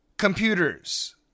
computers